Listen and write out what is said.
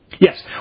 Yes